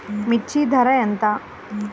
మిర్చి ధర ఎంత?